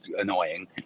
annoying